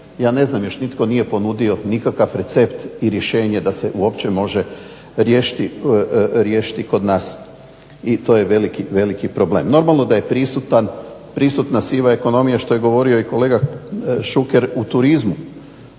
ja ne znam, još nitko nije ponudio nikakav recept i rješenje da se uopće može riješiti kod nas. I to je veliki problem. Normalno da je prisutna siva ekonomija što je govorio i kolega Šuker u turizmu